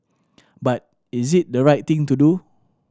but is it the right thing to do